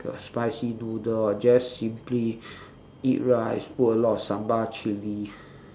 the spicy noodle or just simply eat rice put a lot of sambal chilli